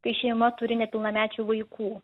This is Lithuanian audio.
kai šeima turi nepilnamečių vaikų